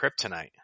kryptonite